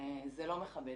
וזה לא מכבד,